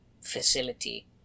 facility